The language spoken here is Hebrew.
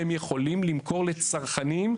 הם יכולים למכור לצרכנים,